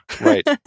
right